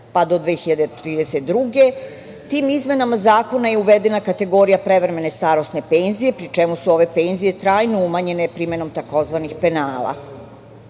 pa do 2032. godine. Tim izmenama zakona je uvedena kategorija prevremene starosne penzije, pri čemu su ove penzije trajno umanjene primenom tzv.